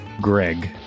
Greg